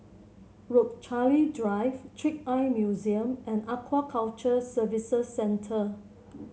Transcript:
Rochalie Drive Trick Eye Museum and Aquaculture Services Centre